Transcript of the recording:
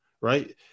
right